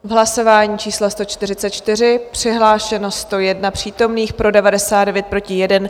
Hlasování číslo 144, přihlášeno 101 přítomných, pro 99, proti 1.